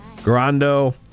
Grando